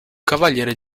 cavaliere